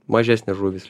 mažesnės žuvys